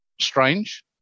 strange